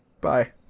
Bye